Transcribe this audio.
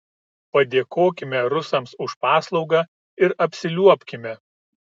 padėkokime rusams už paslaugą ir apsiliuobkime